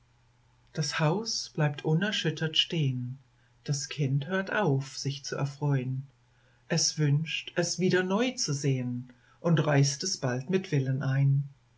das haus bleibt unerschüttert stehen das kind hört auf sich zu erfreun es wünscht es wieder neu zu sehen und reißt es bald mit willen ein